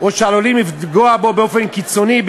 או שעלולים לפגוע בו באופן קיצוני,